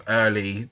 early